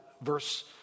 Verse